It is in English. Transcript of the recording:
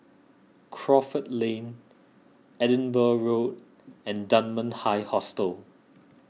Crawford Lane Edinburgh Road and Dunman High Hostel